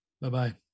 Bye-bye